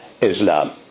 Islam